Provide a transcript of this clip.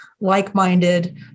like-minded